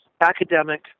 academic